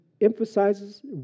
emphasizes